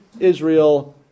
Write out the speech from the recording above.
Israel